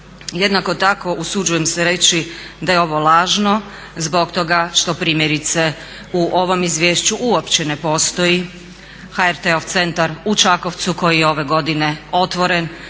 jednako tako usuđujem se reći da je ovo lažno zbog toga što primjerice u ovom izvješću uopće ne postoji HRT-ov centar u Čakovcu koji je ove godine otvoren,